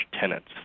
tenants